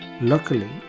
luckily